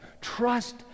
Trust